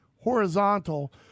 horizontal